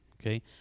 okay